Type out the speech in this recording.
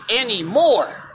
anymore